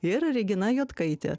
ir regina juodkaitė